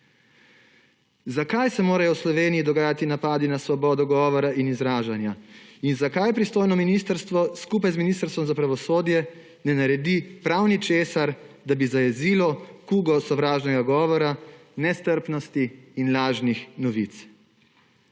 Zakaj se morajo v Sloveniji dogajati napadi na svobodo govora in izražanja? In zakaj pristojno ministrstvo, skupaj z Ministrstvom za pravosodje, ne naredi prav ničesar, da bi zajezilo kugo sovražnega govora, nestrpnosti in lažnih novic?